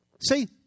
See